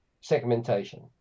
segmentation